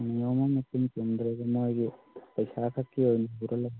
ꯅꯤꯌꯣꯝ ꯑꯃ ꯏꯆꯨꯝ ꯆꯨꯝꯗ꯭ꯔꯦꯗ ꯃꯣꯏꯒꯤ ꯄꯩꯁꯥ ꯈꯛꯀꯤ ꯑꯣꯏꯅ ꯎꯔꯥ ꯂꯩ